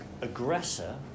aggressor